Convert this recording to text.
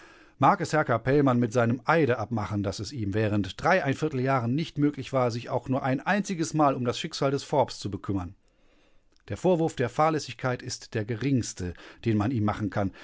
mag es herr capellmann mit seinem eide abmachen daß es ihm während jahren nicht möglich war sich auch nur ein einziges mal um das schicksal des forbes zu bekümmern der vorwurf der fahrlässigkeit ist der geringste den man ihm machen kann